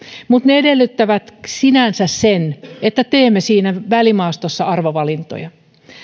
mutta ne edellyttävät sinänsä sen että teemme siinä välimaastossa arvovalintoja